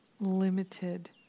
limited